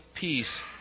peace